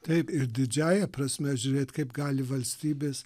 taip ir didžiąja prasme žiūrėt kaip gali valstybės